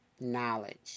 knowledge